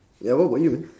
ya what about you